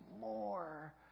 more